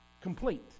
complete